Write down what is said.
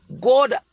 God